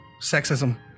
sexism